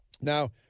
Now